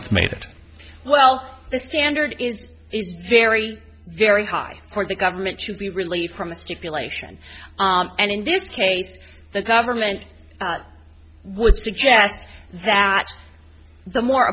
it's made it well the standard is very very high court the government should be released from the stipulation and in this case the government would suggest that the more